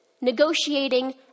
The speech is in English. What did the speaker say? negotiating